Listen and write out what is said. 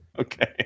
Okay